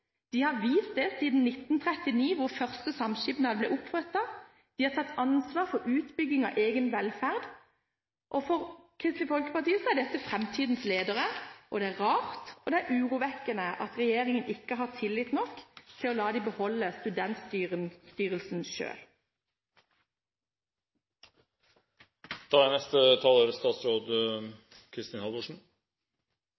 de engasjerer seg i. Dette har de vist siden 1939, da den første studentsamskipnaden ble opprettet. De har tatt ansvar for utbygging av egen velferd. For Kristelig Folkeparti er dette framtidens ledere, og det er rart – og det er urovekkende – at regjeringen ikke har tillit nok til å la dem beholde styringen over studentsamskipnadene selv. Når en statsråd